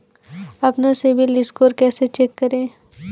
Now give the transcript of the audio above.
अपना सिबिल स्कोर कैसे चेक करें?